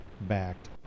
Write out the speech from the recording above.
backed